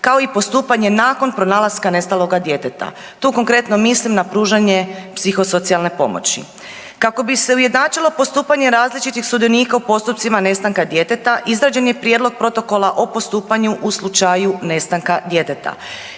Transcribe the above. kao i postupanje nakon pronalaska nestaloga djeteta. Tu konkretno mislim na pružanje psihosocijalne pomoći. Kako bi se ujednačilo postupanje različitih sudionika u postupcima nestanka djeteta izrađen je prijedlog protokola o postupanju u slučaju nestanka djeteta.